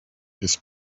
his